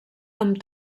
amb